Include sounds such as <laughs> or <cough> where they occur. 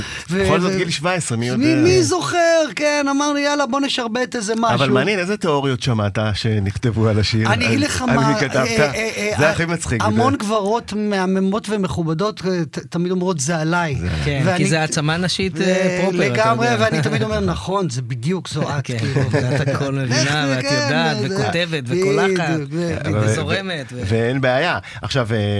בכל זאת, גיל 17, מי מי- יודע? מי זוכר? כן, אמרנו, "יאללה, בוא נשרבט איזה משהו." אבל מעניין, איזה תיאוריות שמעת שנכתבו על השיר, אני אגיד על- לך מה, על מי כתבת? אה, אה, אה, זה אה, הכי מצחיק, המון בדרך- גברות מהממות ומכובדות, אה, ת- תמיד אומרות, "זה עליי." זה עליי. כן, ואני- כי זה העצמה נשית, אה, ו- proper, אתה לגמרי, יודע. ואני תמיד אומר, <laughs> "נכון, זה בדיוק זו את." כן, <laughs> כאילו. ואת הכל לך מבינה, זה, ואת כן, יודעת, זה- וכותבת, וקולחת, בדיוק, זה- אבל- וזורמת, ו- ואין בעיה. עכשיו, אה,